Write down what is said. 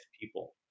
people